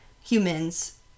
humans